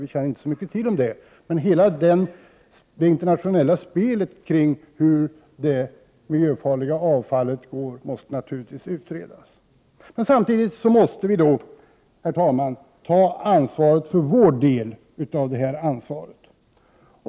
Vi känner inte till så mycket om detta, men hela det internationella spelet kring det miljöfarliga avfallet måste naturligtvis utredas. Herr talman! Vi måste samtidigt ta ansvar för vår del av det totala ansvaret.